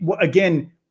again